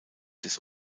des